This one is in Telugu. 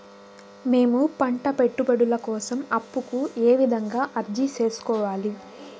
మేము పంట పెట్టుబడుల కోసం అప్పు కు ఏ విధంగా అర్జీ సేసుకోవాలి?